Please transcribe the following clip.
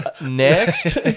Next